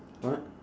what